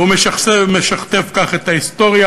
והוא משכתב כך את ההיסטוריה,